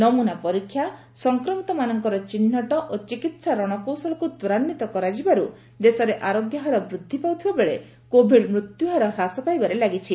ନମୁନା ପରୀକ୍ଷା ସଂକ୍ରମିତମାନଙ୍କର ଚିହ୍ନଟ ଓ ଚିକିତ୍ସା ରଣକୌଶଳକୁ ତ୍ୱରାନ୍ୱିତ କରାଯିବାରୁ ଦେଶରେ ଆରୋଗ୍ୟ ହାର ବୃଦ୍ଧି ପାଉଥିବା ବେଳେ କୋବିଡ୍ ମୃତ୍ୟୁହାର ହ୍ରାସ ପାଇବାରେ ଲାଗିଛି